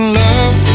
love